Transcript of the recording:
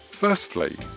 Firstly